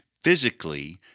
physically